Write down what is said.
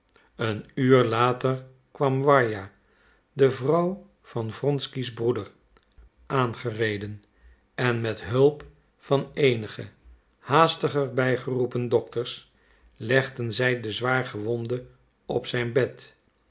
een uur later kwam warja de vrouw van wronky's broeder aangereden en met hulp van eenige haastig er bij geroepen dokters legde zij den zwaar gewonde op zijn bed